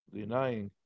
denying